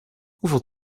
hoeveel